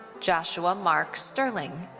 joshua mark sterling.